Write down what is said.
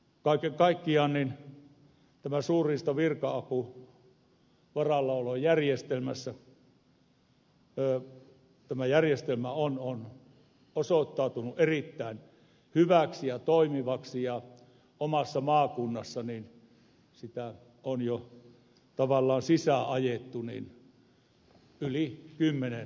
kaiken kaikkiaan tämä suurriistavirka avun varallaolojärjestelmä on osoittautunut erittäin hyväksi ja toimivaksi ja omassa maakunnassani sitä on jo tavallaan sisäänajettu yli kymmenen vuotta